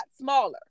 smaller